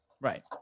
Right